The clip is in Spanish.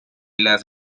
las